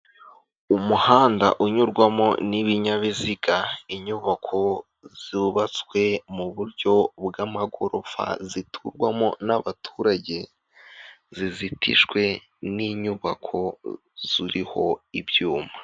Umuhanda unyurwamo n'ibinyabiziga, inyubako zubatswe mu buryo bw'amagorofa ziturwamo n'abaturage zizitijwe n'inyubako ziriho ibyuma.